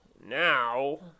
now